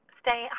stay